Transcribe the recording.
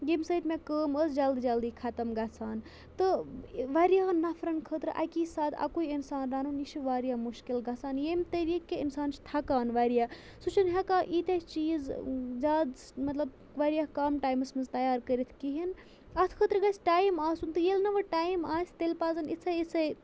ییٚمہِ سۭتۍ مےٚ کٲم ٲس جلدی جلدی ختم گَژھان تہٕ واریاہَن نَفرَن خٲطرٕ اَکی ساتہٕ اَکُے اِنسان رَنُن یہِ چھُ واریاہ مُشکِل گَژھان ییٚمہِ طٔریٖقہٕ کہِ اِنسان چھُ تھکان واریاہ سُہ چھُنہٕ ہیٚکان ییٖتیٛاہ چیٖز زیادٕ مطلب واریاہ کَم ٹایمَس منٛز تَیار کٔرِتھ کِہیٖنٛۍ اَتھ خٲطرٕ گَژھِ ٹایم آسُن تہٕ ییٚلہِ نہٕ وۅنۍ ٹایم آسہِ تیٚلہِ پَزَن یِژھے یِژھے